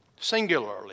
singularly